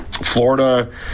Florida